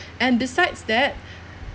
and besides that